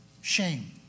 shame